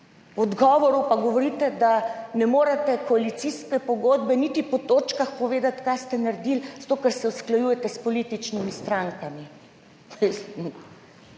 V odgovoru pa govorite, da ne morete iz koalicijske pogodbe niti po točkah povedati, kaj ste naredili, zato ker se usklajujete s političnimi strankami.